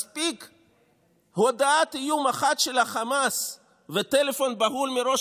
מספיקה הודעת איום אחת של החמאס וטלפון בהול מראש